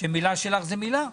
שמילה שלך היא מילה.